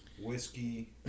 whiskey